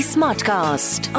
Smartcast